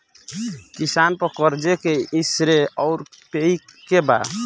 किसान पर क़र्ज़े के श्रेइ आउर पेई के बा?